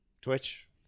twitch